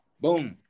boom